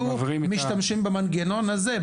אז הם היו משתמשים במנגנון הזה,